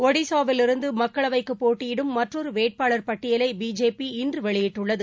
ஒடிஷாவிலிருந்து மக்களவைக்கு போட்டியிடும் மற்றொரு வேட்பாளர் பட்டியலை பிஜேபி இன்று வெளியிட்டுள்ளது